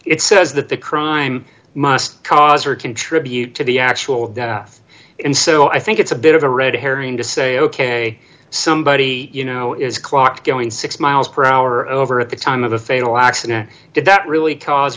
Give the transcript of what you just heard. it says that the crime must cause or contribute to the actual death and so i think it's a bit of a red herring to say ok somebody you know is clocked going six miles per hour over at the time of a fatal accident that really cause